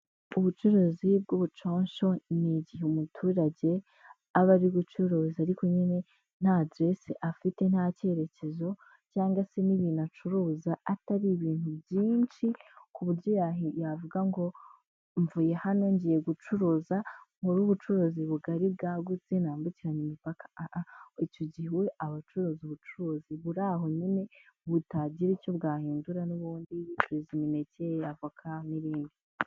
Ubucuruzi bw'ubuconsho ni igihe umuturage aba ari gucuruza ariko nyine nta aderese afite, nta cyerekezo cyangwa se n'ibintu acuruza atari ibintu byinshi, ku buryo yavuga ngo mvuye hano ngiye gucuruza nkore ubucuruzi bugari bwagutse nambukiranya imipaka, icyo gihe aba acuruza ubucuruzi buri aho nyine, butagira icyo bwahindura n'ubundi acuuruza imineke, avoka n'ibindi.